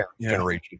generation